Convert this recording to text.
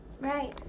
right